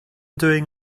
doing